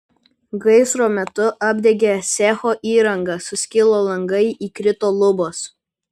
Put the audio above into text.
gaisro metu apdegė cecho įranga suskilo langai įkrito lubos